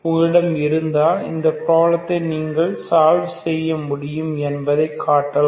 உங்களிடம் இருந்தால் இந்தப் பிராப்ளத்தை நீங்கள் சால்வ் செய்ய முடியும் என்பதைக் காட்டலாம்